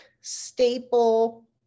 staple